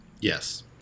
Yes